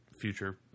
future